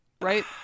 Right